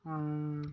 ହଁ